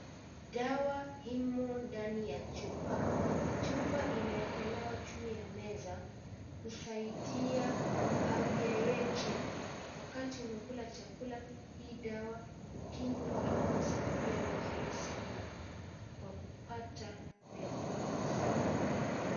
Dawa imo ndani ya chupa, chupa imewekelewa juu ya meza kusaidia afya yetu wakati umekula chakula hii dawa ukinywa inakusaidia vizuri sana kwa kupata vyakula kusiagika.